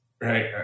Right